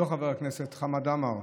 לא חבר הכנסת, חמד עמאר.